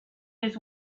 his